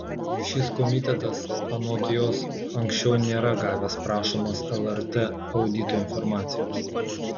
šis komitetas anot jos anksčiau nėra gavęs prašomos lrt audito informacijos